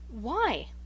Why